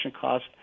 cost